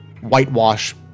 whitewash